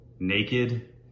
naked